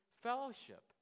fellowship